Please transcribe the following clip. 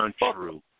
untrue